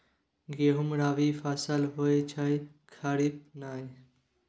गहुम रबी फसल होए छै खरीफ नहि